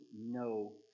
no